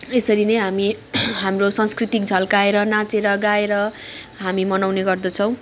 यसरी नै हामी हाम्रो सांस्कृतिक झल्काएर नाचेर गाएर हामी मनाउने गर्दछौँ